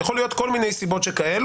זה יכול להיות מכל מיני סיבות כאלה,